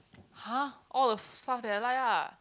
!huh! all the stuffs that I like lah